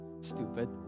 Stupid